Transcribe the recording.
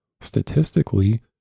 statistically